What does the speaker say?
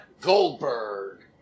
Goldberg